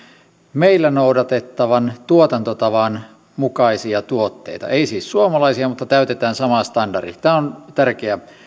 meillä noudatettavan tuotantotavan mukaisia tuotteita ei siis suomalaisia mutta täytetään samat standardit tämä on tärkeä